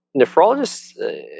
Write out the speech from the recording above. nephrologists